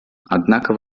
однако